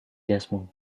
jasmu